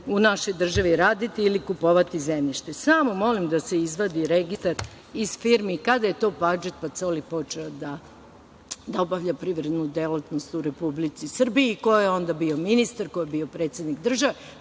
u našoj državi raditi ili kupovati zemljište. Samo molim da se izvadi registar iz firmi kada je to Badžet Pacoli počeo da obavlja privrednu delatnost u Republici Srbiji i ko je onda bio ministar, ko je bio predsednik države,